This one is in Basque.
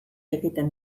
egiten